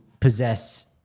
possess